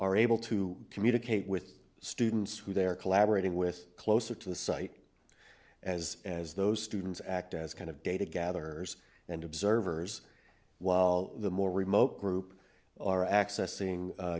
are able to communicate with students who they're collaborating with closer to the site as as those students act as kind of data gather and observers while the more remote group are accessing